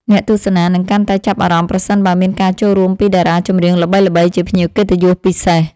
អ្នកទស្សនានឹងកាន់តែចាប់អារម្មណ៍ប្រសិនបើមានការចូលរួមពីតារាចម្រៀងល្បីៗជាភ្ញៀវកិត្តិយសពិសេស។